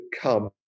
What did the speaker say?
come